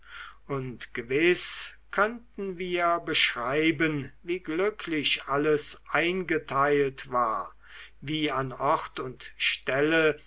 und gewiß könnten wir beschreiben wie glücklich alles eingeteilt war wie an ort und stelle